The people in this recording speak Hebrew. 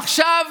עכשיו,